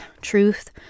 truth